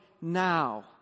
now